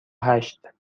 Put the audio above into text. هشت